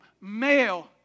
male